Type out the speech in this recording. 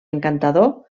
encantador